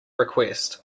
request